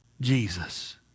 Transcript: Jesus